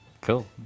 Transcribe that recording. Cool